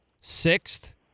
sixth